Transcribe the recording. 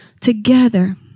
together